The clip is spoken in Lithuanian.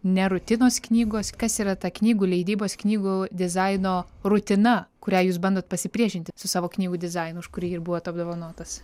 nerutinos knygos kas yra ta knygų leidybos knygų dizaino rutina kuriai jūs bandot pasipriešinti su savo knygų dizainu už kurį ir buvot apdovanotas